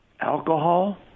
Alcohol